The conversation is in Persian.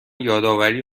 یادآوری